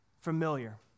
familiar